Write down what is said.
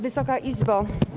Wysoka Izbo!